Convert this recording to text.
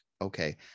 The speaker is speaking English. okay